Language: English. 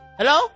Hello